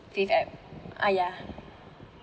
Fave app ah yeah